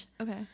okay